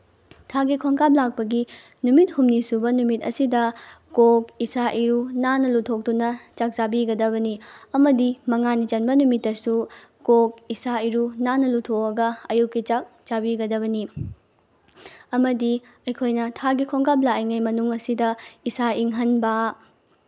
ꯊꯥꯒꯤ ꯈꯣꯡꯀꯥꯞ ꯂꯥꯛꯄꯒꯤ ꯅꯨꯃꯤꯠ ꯍꯨꯝꯅꯤ ꯁꯨꯕ ꯅꯨꯃꯤꯠ ꯑꯁꯤꯗ ꯀꯣꯛ ꯏꯁꯥ ꯏꯔꯨ ꯅꯥꯟꯅ ꯂꯨꯊꯣꯛꯇꯨꯅ ꯆꯥꯛ ꯆꯥꯕꯤꯒꯗꯕꯅꯤ ꯑꯃꯗꯤ ꯃꯉꯥꯅꯤ ꯆꯟꯕ ꯅꯨꯃꯤꯠꯇꯁꯨ ꯀꯣꯛ ꯏꯁꯥ ꯏꯔꯨ ꯅꯥꯟꯅ ꯂꯨꯊꯣꯛꯑꯒ ꯑꯌꯨꯛꯀꯤ ꯆꯥꯛ ꯆꯥꯕꯤꯒꯗꯕꯅꯤ ꯑꯃꯗꯤ ꯑꯩꯈꯣꯏꯅ ꯊꯥꯒꯤ ꯈꯣꯡꯀꯥꯞ ꯂꯥꯛꯏꯉꯩꯒꯤ ꯃꯅꯨꯡ ꯑꯁꯤꯗ ꯏꯁꯥ ꯏꯪꯍꯟꯕ